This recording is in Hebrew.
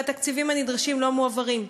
והתקציבים הנדרשים לא מועברים.